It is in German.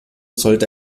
sollte